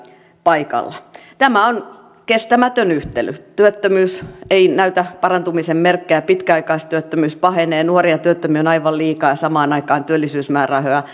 paikalla tämä on kestämätön yhtälö työttömyys ei näytä parantumisen merkkejä pitkäaikaistyöttömyys pahenee nuoria työttömiä on aivan liikaa ja samaan aikaan työllisyysmäärärahoja